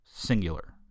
Singular